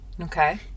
Okay